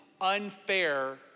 unfair